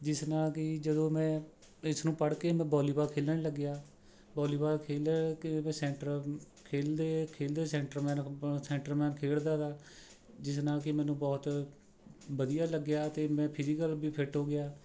ਜਿਸ ਨਾਲ਼ ਕਿ ਜਦੋਂ ਮੈਂ ਇਸ ਨੂੰ ਪੜ੍ਹਕੇ ਮੈਂ ਵਾਲੀਬਾਲ ਖੇਡਣ ਲੱਗਿਆ ਵਾਲੀਬਾਲ ਖੇਡ ਕੇ ਮੈਂ ਸੈਂਟਰ ਖੇਡਦੇ ਖੇਡਦੇ ਸੈਂਟਰ ਸੈਂਟਰ ਮੈ ਖੇਡਦਾ ਤਾ ਜਿਸ ਨਾਲ ਕਿ ਮੈਨੂੰ ਬਹੁਤ ਵਧੀਆ ਲੱਗਿਆ ਅਤੇ ਮੈਂ ਫਿਜੀਕਲ ਵੀ ਫਿਟ ਹੋ ਗਿਆ